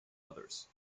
others